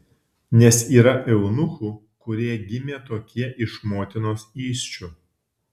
nes yra eunuchų kurie gimė tokie iš motinos įsčių